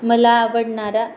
मला आवडणारा